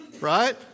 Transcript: right